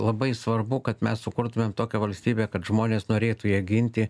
labai svarbu kad mes sukurtumėm tokią valstybę kad žmonės norėtų ją ginti